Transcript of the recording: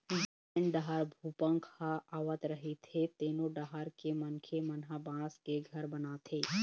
जेन डहर भूपंक ह आवत रहिथे तेनो डहर के मनखे मन ह बांस के घर बनाथे